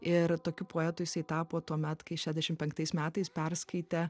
ir tokiu poetu jisai tapo tuomet kai šedešimt penktais metais perskaitė